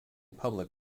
public